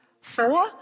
four